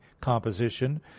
composition